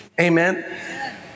Amen